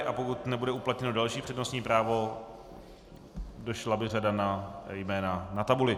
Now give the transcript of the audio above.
A pokud nebude uplatněno další přednostní právo, došla by řada na jména na tabuli.